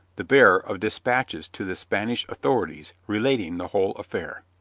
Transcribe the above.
the bearer of dispatches to the spanish authorities relating the whole affair.